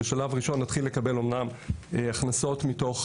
בשלב ראשון נתחיל לקבל אמנם הכנסות מתוך